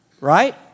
right